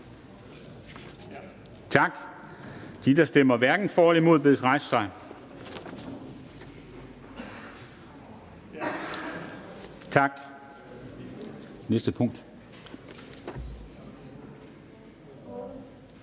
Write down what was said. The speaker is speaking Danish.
der stemmer hverken for eller imod, bedes rejse sig. Tak. (Afstemningen